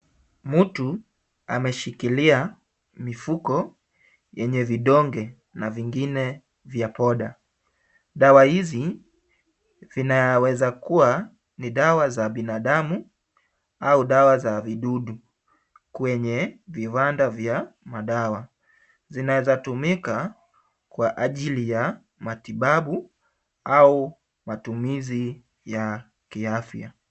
Mtu ameshikilia mifuko yenye vidonge na vingine vya powder . Dawa hizi vinaweza kuwa ni dawa za binadamu au dawa za vidudu kwenye viwanda vya madawa. Zinawezatumika kwa ajili ya matibabu au matumizi ya kiafya.